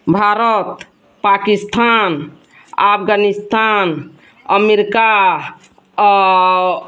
Bharat Pakistan Afghanistan America